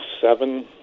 seven